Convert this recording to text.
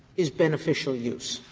is beneficial use?